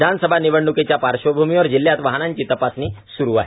विधानसभा निवडणुकीच्या पार्श्वभूमीवर जिल्ह्यात वाहनांची तपासणी सुरू आहे